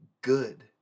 good